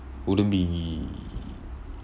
wouldn't be